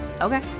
Okay